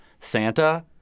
Santa